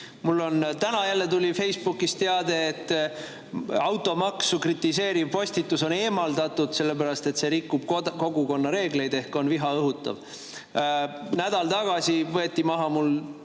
Mulle täna jälle tuli Facebookis teade, et automaksu kritiseeriv postitus on eemaldatud, sellepärast et see rikub kogukonna reegleid ehk on viha õhutav. Nädal tagasi võeti mul